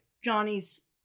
johnny's